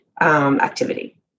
activity